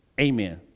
amen